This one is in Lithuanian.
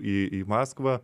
į į maskvą